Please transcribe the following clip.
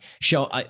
show